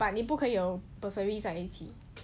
but 你不可以有 bursary 在一起